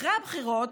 אחרי הבחירות,